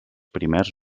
primers